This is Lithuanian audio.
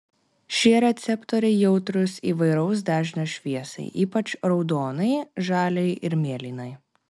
šie receptoriai jautrūs įvairaus dažnio šviesai ypač raudonai žaliai ir mėlynai